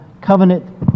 covenant